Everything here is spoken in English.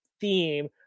theme